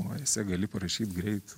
o esė gali parašyt greit